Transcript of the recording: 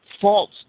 false